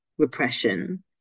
Repression